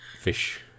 fish